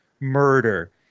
murder